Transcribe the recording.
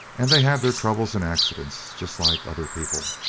and they have their troubles and accidents just like other people.